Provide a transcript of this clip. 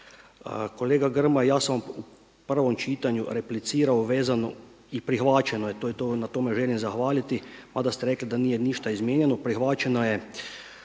Kolega Grmoja ja sam u prvom čitanju replicirao vezano i prihvaćeno je, na tome želim zahvaliti, mada ste rekli da nije ništa izmijenjeno, prihvaćeno je